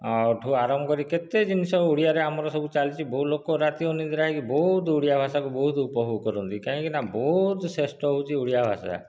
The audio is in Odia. ଠୁ ଆରମ୍ଭ କରି କେତେ ଜିନିଷ ଓଡ଼ିଆରେ ଆମର ସବୁ ଚାଲିଛି ବହୁ ଲୋକ ରାତି ଅନିଦ୍ରା ହେଇକି ବହୁତ ଓଡ଼ିଆ ଭାଷାକୁ ବହୁତ ଉପଭୋଗ କରନ୍ତି କାହିଁକିନା ବହୁତ ଶ୍ରେଷ୍ଠ ହେଉଛି ଓଡ଼ିଆ ଭାଷା